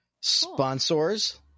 sponsors